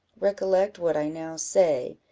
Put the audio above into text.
recollect what i now say,